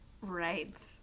Right